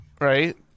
right